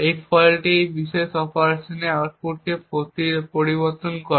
এই ফল্টটি এই বিশেষ অপারেশনের আউটপুটকে পরিবর্তন করে